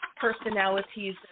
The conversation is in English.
personalities